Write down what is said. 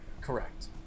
correct